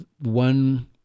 one